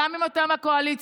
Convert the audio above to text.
גם אם אתם בקואליציה,